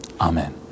Amen